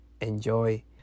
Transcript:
enjoy